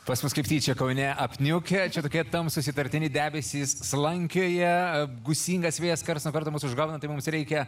pas mus kaip tyčia kaune apniukę čia tokie tamsūs įtartini debesys slankioja gūsingas vėjas karts nuo karto mus užgauna tai mums reikia